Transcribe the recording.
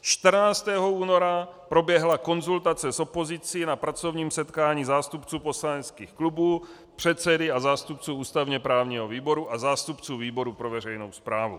14. února proběhla konzultace s opozicí na pracovním setkání zástupců poslaneckých klubů, předsedy a zástupců ústavněprávního výboru a zástupců výboru pro veřejnou správu.